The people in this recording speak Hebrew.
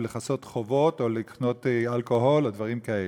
לכסות חובות או לקנות אלכוהול או דברים כאלה.